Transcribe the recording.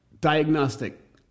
diagnostic